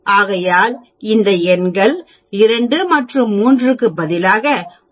ஆகையால் இந்த எண்கள் 2 மற்றும் 3 க்கு பதிலாக 1